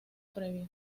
previo